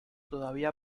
todavía